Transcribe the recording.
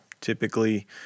typically